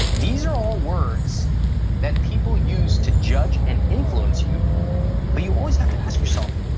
these are all words that people use to judge and influence you but you always have to ask yourself,